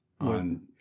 on